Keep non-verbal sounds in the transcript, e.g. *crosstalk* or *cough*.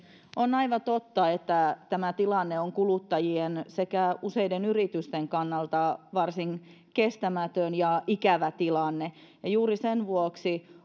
on aivan totta että tämä tilanne on kuluttajien sekä useiden yritysten kannalta varsin kestämätön ja ikävä ja juuri sen vuoksi *unintelligible*